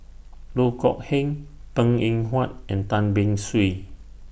Loh Kok Heng Png Eng Huat and Tan Beng Swee